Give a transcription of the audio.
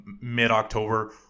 mid-October